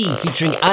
featuring